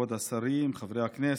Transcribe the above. כבוד השרים, חברי הכנסת,